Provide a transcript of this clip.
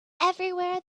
everywhere